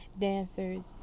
dancers